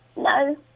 No